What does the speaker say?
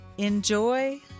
Enjoy